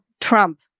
Trump